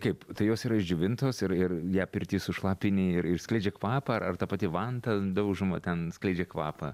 kaip tai jos yra išdžiovintos ir ir ją pirty sušlapini ir ir skleidžia kvapą ar ar ta pati vanta daužoma ten skleidžia kvapą